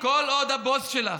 כל עוד הבוס שלך,